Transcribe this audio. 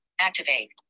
Activate